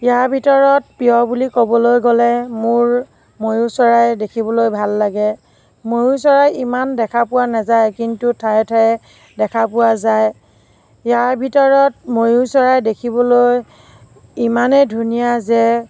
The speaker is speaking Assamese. ইয়াৰ ভিতৰত প্ৰিয় বুলি ক'বলৈ গ'লে মোৰ ময়ূৰ চৰাই দেখিবলৈ ভাল লাগে ময়ূৰ চৰাই ইমান দেখা পোৱা নাযায় কিন্তু ঠায়ে ঠায়ে দেখা পোৱা যায় ইয়াৰ ভিতৰত ময়ূৰ চৰাই দেখিবলৈ ইমানেই ধুনীয়া যে